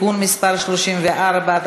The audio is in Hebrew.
(תיקון מס' 34),